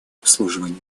обслуживанию